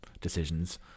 decisions